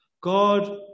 God